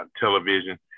television